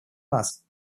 нас